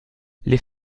les